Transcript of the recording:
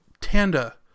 Tanda